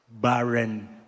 barren